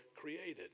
created